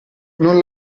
non